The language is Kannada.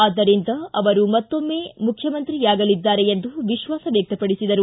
ಆದ್ದರಿಂದ ಅವರು ಮತ್ತೊಮ್ಮೆ ಮುಖ್ಯಮಂತ್ರಿಯಾಗಲಿದ್ದಾರೆ ಎಂದು ವಿಶ್ವಾಸ ವ್ಯಕ್ತಪಡಿಸಿದರು